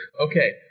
Okay